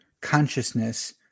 consciousness